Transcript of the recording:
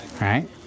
Right